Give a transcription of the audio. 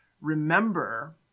remember